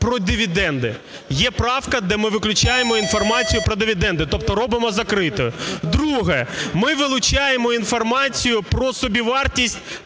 про дивіденди. Є правка, де ми виключаємо інформацію про дивіденди, тобто робимо закритою. Друге. Ми вилучаємо інформацію про собівартість